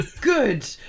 good